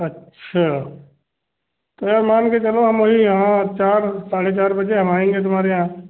अच्छा तो यार मान के चलो हम वही हाँ चार साढ़े चार बजे हम आएँगे तुम्हारे यहाँ